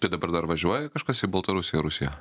tai dabar dar važiuoja kažkas į baltarusiją rusiją